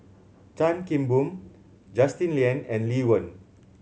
Chan Kim Boon Justin Lean and Lee Wen